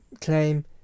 claim